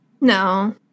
No